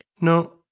no